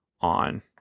on